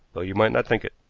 though you might not think it.